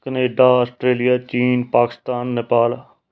Canada Australia ਚੀਨ ਪਾਕਿਸਤਾਨ ਨੇਪਾਲ